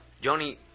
Johnny